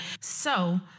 So-